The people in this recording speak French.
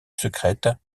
secrète